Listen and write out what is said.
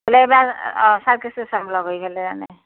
গ'লে এইবাৰ অ চাৰকাছো চাম লগ হৈ পেলাই মানে